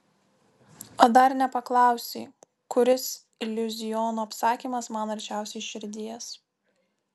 o dar nepaklausei kuris iliuziono apsakymas man arčiausiai širdies